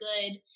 good